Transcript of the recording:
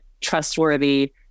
trustworthy